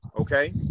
Okay